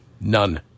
None